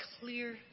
clear